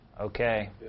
okay